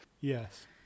Yes